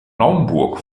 naumburg